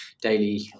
daily